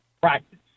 practice